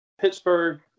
Pittsburgh